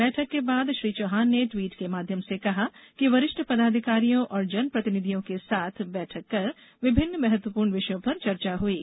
बैठक के बाद श्री चौहान ने ट्वीट के माध्यम से कहा कि वरिष्ठ पदाधिकारियों और जनप्रतिनिधियों के साथ बैठक कर विभिन्न महत्वपूर्ण विषयों पर चर्चा हयी